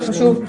מה זה תשתיתית?